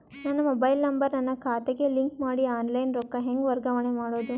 ನನ್ನ mobile number ನನ್ನ ಖಾತೆಗೆ ಲಿಂಕ್ ಮಾಡಿ ಆನ್ಲೈನ್ ರೊಕ್ಕ ಹೆಂಗ ವರ್ಗಾವಣೆ ಮಾಡೋದು?